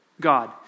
God